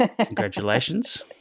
Congratulations